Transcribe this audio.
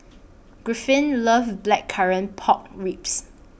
Griffin loves Blackcurrant Pork Ribs